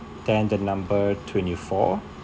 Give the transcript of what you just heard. then the number twenty four